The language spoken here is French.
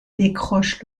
décroche